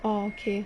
orh okay